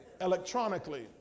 electronically